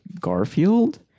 Garfield